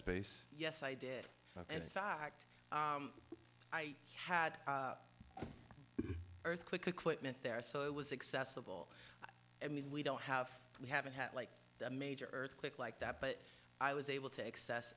space yes i did and in fact i had earthquake equipment there so it was excessive all i mean we don't have we haven't had like a major earthquake like that but i was able to access